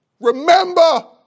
Remember